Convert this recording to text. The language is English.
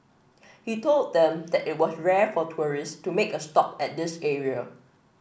he told them that it was rare for tourist to make a stop at this area